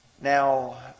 Now